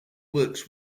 works